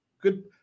Good